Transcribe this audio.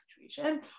situation